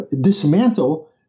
dismantle